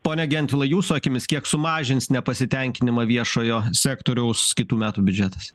pone gentvilai jūsų akimis kiek sumažins nepasitenkinimą viešojo sektoriaus kitų metų biudžetas